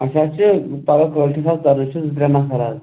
اَسہِ حظ چھِ پگاہ کٲلۍ کٮ۪تھ حظ أسۍ چھِ زٕ ترٛےٚ نَفر حظ